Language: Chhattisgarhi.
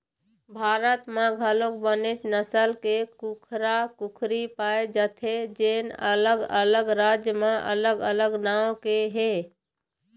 भारत म घलोक बनेच नसल के कुकरा, कुकरी पाए जाथे जेन अलग अलग राज म अलग अलग नांव के हे